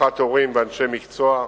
הדרכת הורים ואנשי מקצוע,